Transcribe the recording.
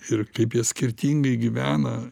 ir kaip jie skirtingai gyvena